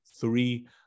Three